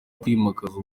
kwimakaza